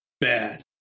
bad